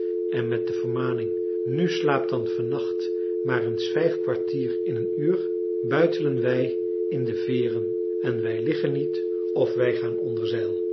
en met de vermaning nu slaapt dan vannacht maar eens vijf kwartier in een uur buitelen wij in de veeren en wij liggen niet of wij gaan